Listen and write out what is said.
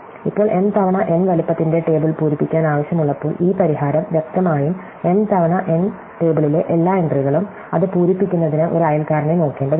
ഇപ്പോൾ m തവണ n വലുപ്പത്തിന്റെ ടേബിൾ പൂരിപ്പിക്കാൻ ആവശ്യമുള്ളപ്പോൾ ഈ പരിഹാരം വ്യക്തമായും m തവണ n ടേബിളിലെ എല്ലാ എൻട്രികളും അത് പൂരിപ്പിക്കുന്നതിന് ഒരു അയൽക്കാരനെ നോക്കേണ്ടതുണ്ട്